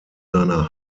seiner